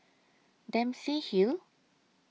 Dempsey Hill